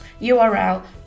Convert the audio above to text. URL